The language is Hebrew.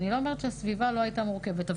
אני לא אומרת שהסביבה לא הייתה מורכבת.